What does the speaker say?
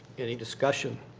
any discussion?